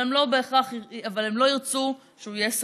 אבל הם לא בהכרח ירצו שהוא יהיה סגור.